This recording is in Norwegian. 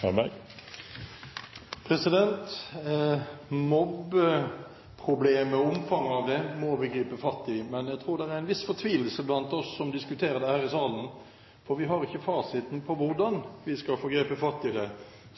hjelp. Mobbeproblemet og omfanget av det må vi gripe fatt i, men jeg tror det er en viss fortvilelse blant oss som diskuterer dette her i salen, for vi har ikke fasiten på hvordan vi skal gripe fatt i det,